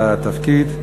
על התפקיד.